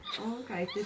Okay